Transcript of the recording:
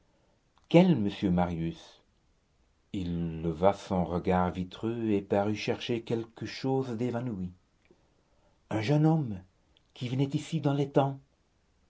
quel monsieur marius il leva son regard vitreux et parut chercher quelque chose d'évanoui un jeune homme qui venait ici dans les temps